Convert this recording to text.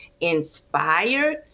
inspired